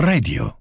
Radio